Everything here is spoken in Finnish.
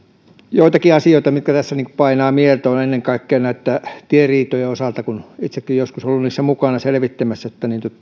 joitakin asioita mitkä tässä painavat mieltä ennen kaikkea näiden tieriitojen osalta kun itsekin olen joskus ollut niissä mukana selvittämässä